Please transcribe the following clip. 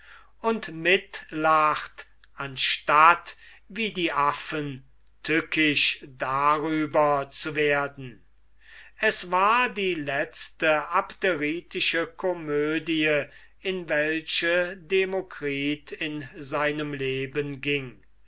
und mitlacht anstatt wie die affen tückisch darüber zu werden es war die letzte abderitische komödie in welche demokritus in seinem leben ging